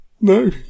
No